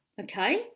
okay